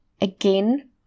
Again